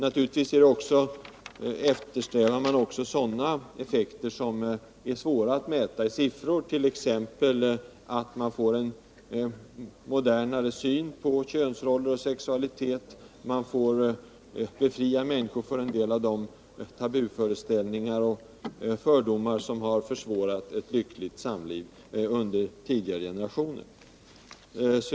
Naturligtvis eftersträvar man också sådana effekter som är svåra att mäta i siffror, t.ex. att man får en modernare syn på könsroller och sexualitet, att människor befrias från en del av de tabuföreställningar och fördomar som har försvårat ett lyckligt samliv under tidigare generationer.